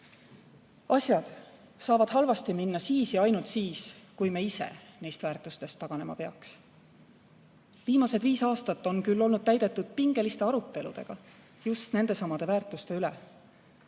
Asjad saavad halvasti minna siis ja ainult siis, kui me ise neist väärtustest taganema peaks. Viimased viis aastat on küll olnud täidetud pingeliste aruteludega just nendesamade väärtuste üle,